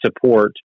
support